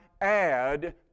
add